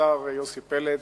השר יוסי פלד,